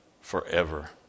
forever